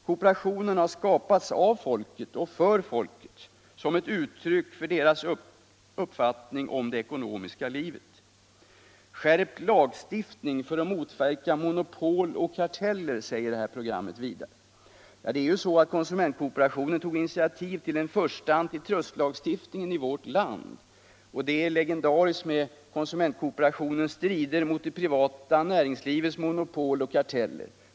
Kooperationen har skapats av folket för folket som ett uttryck för människornas uppfattning om det ekonomiska livet. Skärpt lagstiftning för att motverka monopol och karteller. säger pro grammet vidare. Konsumentkooperationen tog initiativ till den första antitrustlagstiftningen i vårt land. Legendariska är konsumentkooperationens strider mot det privata näringslivets monopol och karteller.